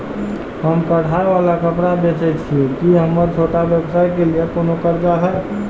हम कढ़ाई वाला कपड़ा बेचय छिये, की हमर छोटा व्यवसाय के लिये कोनो कर्जा है?